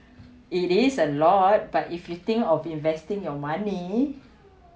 it is a lot but if you think of investing your money